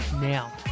now